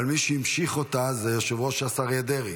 אבל מי שהמשיך אותה זה יושב-ראש ש"ס אריה דרעי.